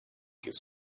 his